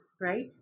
right